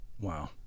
Wow